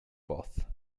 both